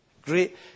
great